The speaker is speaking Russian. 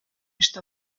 что